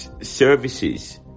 services